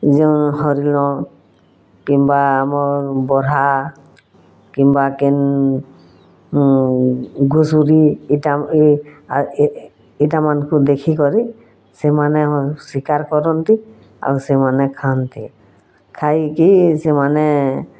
ଯେଉଁ ହରିଣ କିମ୍ବା ଆମର୍ ବର୍ହା କିମ୍ୱା କିନ୍ ଘୁସୁରୀ ଏଟା ଏଇଟାମାନଙ୍କୁ ଦେଖି କରି ସେମାନେ ଶିକାର କରନ୍ତି ଆଉ ସେମାନେ ଖାଆନ୍ତି ଖାଇ କି ସେମାନେ